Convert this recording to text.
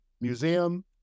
museum